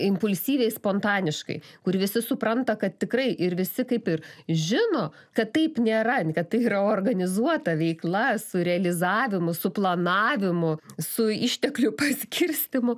impulsyviai spontaniškai kur visi supranta kad tikrai ir visi kaip ir žino kad taip nėra kad tai yra organizuota veikla su realizavimu su planavimu su išteklių paskirstymu